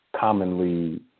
commonly